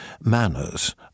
manners